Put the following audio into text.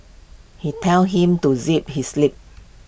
he tell him to zip his lip